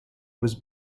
was